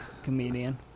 comedian